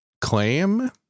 claim